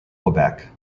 quebec